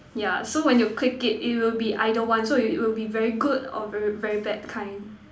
ya so when you click it it will be either one so you it will be very good or very very bad kind